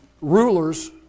rulers